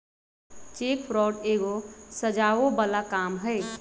cheque fraud एगो सजाओ बला काम हई